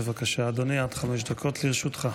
חמש דקות לרשותך.